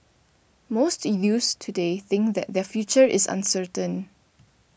most youths today think that their future is uncertain